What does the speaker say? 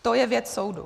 To je věc soudu.